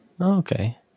okay